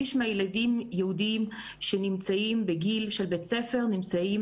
שליש מהילדים היהודיים שנמצאים בגיל של בית ספר נמצאים